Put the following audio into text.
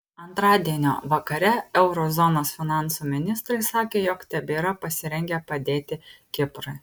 antradienio vakare euro zonos finansų ministrai sakė jog tebėra pasirengę padėti kiprui